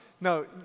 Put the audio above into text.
No